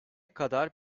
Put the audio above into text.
kadar